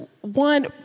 One